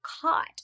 caught